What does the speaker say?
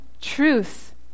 truth